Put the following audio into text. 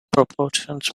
proportions